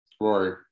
Rory